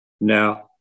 Now